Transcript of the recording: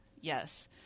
Yes